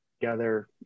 together